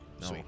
No